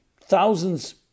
Thousands